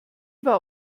war